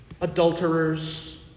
adulterers